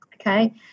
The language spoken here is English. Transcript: okay